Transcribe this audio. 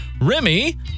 Remy